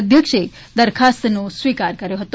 અધ્યક્ષે દરખાસ્તનો સ્વીકાર કર્યો છે